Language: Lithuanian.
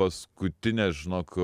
paskutinė žinok